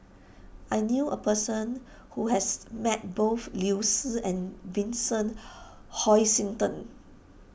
I knew a person who has met both Liu Si and Vincent Hoisington